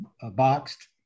boxed